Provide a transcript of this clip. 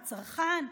בצרכן,